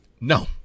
No